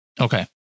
Okay